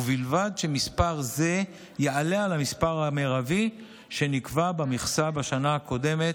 ובלבד שמספר זה יעלה על המספר המרבי שנקבע במכסה בשנה הקודמת,